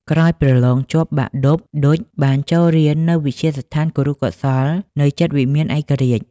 ក្រោយប្រឡងជាប់បាក់ឌុប ឌុចបានចូលរៀននៅវិទ្យាស្ថានគរុកោសល្យ នៅជិតវិមានឯករាជ្យ។